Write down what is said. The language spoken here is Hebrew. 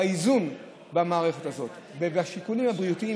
באיזון במערכת הזאת ובשיקולים הבריאותיים,